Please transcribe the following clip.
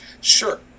sure